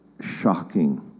shocking